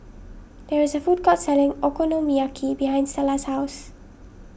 there is a food court selling Okonomiyaki behind Stella's house